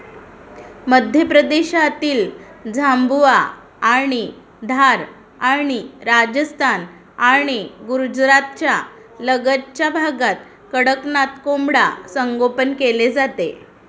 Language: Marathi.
मध्य प्रदेशातील झाबुआ आणि धार आणि राजस्थान आणि गुजरातच्या लगतच्या भागात कडकनाथ कोंबडा संगोपन केले जाते